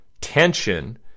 tension